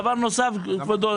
דבר נוסף, כבודו.